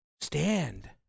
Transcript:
stand